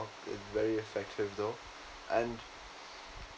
very effective though and